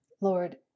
Lord